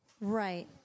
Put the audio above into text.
Right